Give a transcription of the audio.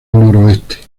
noroeste